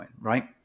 right